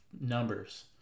numbers